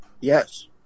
Yes